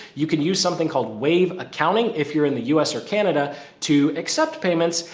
you can use something called wave accounting. if you're in the u s. or canada to accept payments.